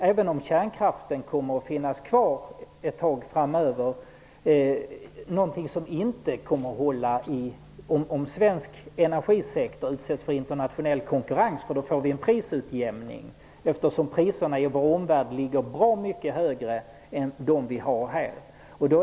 Även om kärnkraften kommer att finnas kvar ett tag framöver, kommer denna situation inte att hålla om svensk energisektor utsätts för internationell konkurrens. Då blir det en prisutjämning eftersom priserna i vår omvärld ligger bra mycket högre än de vi har här.